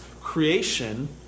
creation